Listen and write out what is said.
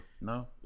No